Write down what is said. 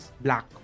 black